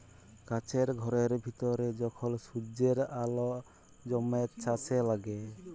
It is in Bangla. কাছের ঘরের ভিতরে যখল সূর্যের আল জ্যমে ছাসে লাগে